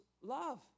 love